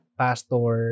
pastor